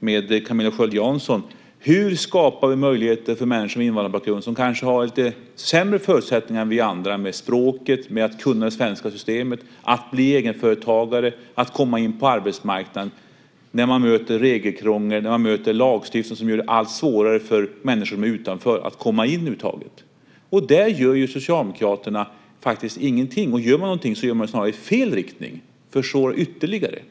med Camilla Sköld Jansson upp hur vi skapar möjligheter för människor med invandrarbakgrund som kanske har lite sämre förutsättningar än vi andra, med språket, med att kunna det svenska systemet, att bli egenföretagare eller att komma in på arbetsmarknaden när man möter regelkrångel, när man möter en lagstiftning som gör det allt svårare för människor som är utanför att komma in över huvud taget. Där gör ju Socialdemokraterna faktiskt ingenting, och gör man någonting gör man det snarare i fel riktning, försvårar ytterligare.